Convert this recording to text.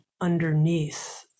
underneath